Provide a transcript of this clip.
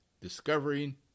discovering